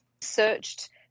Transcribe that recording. searched